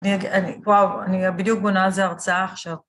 נהגה, אני, וואו, אני בדיוק בונה על זה הרצאה עכשיו.